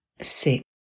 six